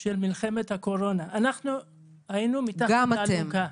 של מלחמת הקורונה, אנחנו היינו מתחת לאלונקה.